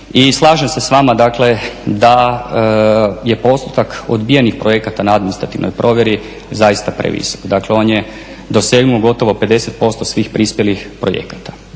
slažem se s vama dakle da je postotak odbijenih projekata na administrativnoj provjeri zaista previsok. Dakle, on je dosegnuo gotovo 50% svih prispjelih projekata.